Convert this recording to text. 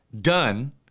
done